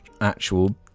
actual